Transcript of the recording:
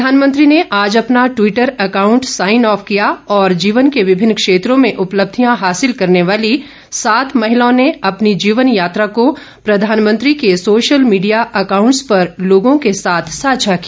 प्रधानमंत्री ने आज अपना टवीटर अकाउंट साइन ऑफ किया और जीवन के विभिन्न क्षेत्रों में उपलब्धियां हासिल करने वाली सात महिलाओं ने अपनी जीवन यात्रा को प्रधानमंत्री के सोशल मीडिया अकाउंट्स पर लोगों के साथ साझा किया